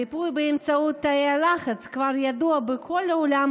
הריפוי באמצעות תאי הלחץ כבר ידוע בכל העולם